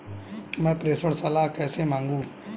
मैं प्रेषण सलाह कैसे मांगूं?